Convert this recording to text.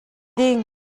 ding